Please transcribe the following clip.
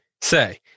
Say